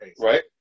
right